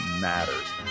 matters